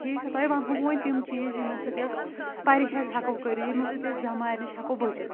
ٹھیٖک چھا تۄہہِ وَنہو بہٕ تِم چیٖز یِمو سۭتۍ أسۍ پَرِہیز ہیکو کٔرِتھ یِمو سۭتۍ أسۍ بٮ۪مارۍ نِش ہیکو بٕچِتھ